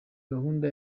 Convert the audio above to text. gahunda